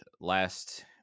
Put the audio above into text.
last